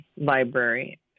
library